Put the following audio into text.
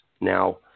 Now